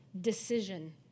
Decision